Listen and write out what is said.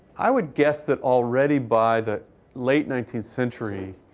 i would guess that already by the late nineteenth century,